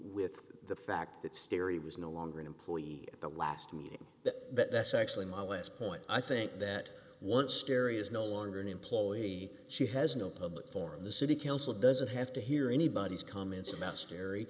with the fact that stary was no longer an employee at the last meeting that actually my last point i think that once scary is no longer an employee she has no public forum the city council doesn't have to hear anybody's comments about stary